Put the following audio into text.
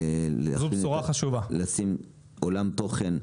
לשים עולם תוכן.